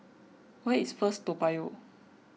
where is First Toa Payoh